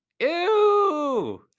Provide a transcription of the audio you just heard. Ew